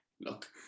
look